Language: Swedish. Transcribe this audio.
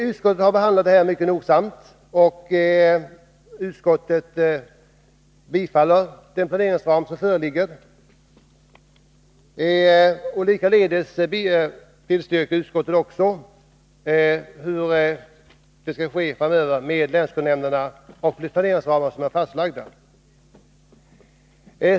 Utskottet har behandlat frågan mycket noga och tillstyrker förslaget om planeringsramar. Likaledes tillstyrker utskottet förslaget om länsskolnämndernas uppgifter och de fastlagda planeringsramarna.